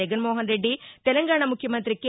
జగన్మోహన్ రెడ్డి తెలంగాణ ముఖ్యమంతి కె